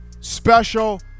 Special